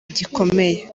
gikomeye